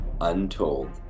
untold